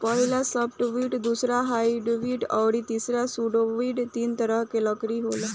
पहिला सॉफ्टवुड दूसरा हार्डवुड अउरी तीसरा सुडोवूड तीन तरह के लकड़ी होला